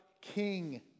King